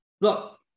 look